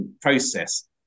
process